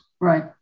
Right